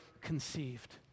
conceived